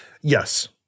Yes